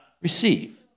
receive